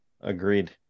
Agreed